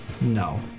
no